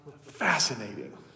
Fascinating